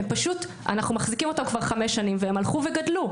אנחנו מחזיקים אותם כבר חמש שנים והם הלכו וגדלו,